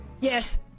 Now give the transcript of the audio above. Yes